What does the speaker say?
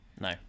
No